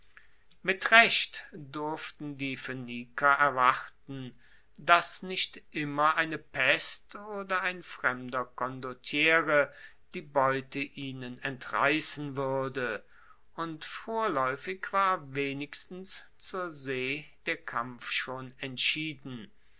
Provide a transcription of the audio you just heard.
mit recht durften die phoeniker erwarten dass nicht immer eine pest oder ein fremder condottiere die beute ihnen entreissen wuerde und vorlaeufig war wenigstens zur see der kampf schon entschieden